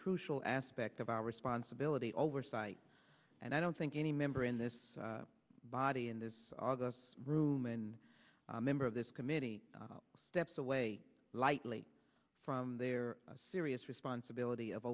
crucial aspect of our responsibility oversight and i don't think any member in this body in this august room and member of this committee steps away lightly from their serious responsibility of